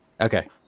Okay